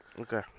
Okay